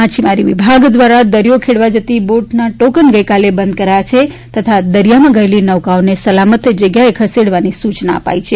માછીમારી વિભાગ દ્વારા દરિયો ખેડવા જતી બોટના ટોકન ગઈકાલે બંધ કરાયા છે તથા દરિયામાં ગયેલી નૌકાઓને સલામત જગ્યાએ ખસેડવાની સૂચના અપાઈ છે